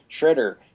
Shredder